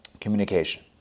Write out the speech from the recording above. communication